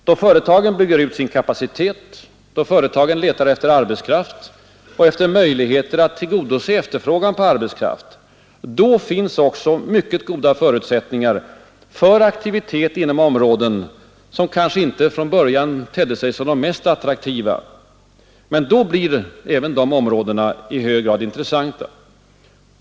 Då företagen bygger ut sin kapacitet, då företagen letar efter arbetskraft och efter möjligheter att tillgodose efterfrågan på arbetskraft, då finns också mycket goda förutsättningar för aktivitet inom områden som kanske inte från början tedde sig som de mest attraktiva. Men då blir även de områdena i hög grad intressanta.